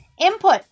input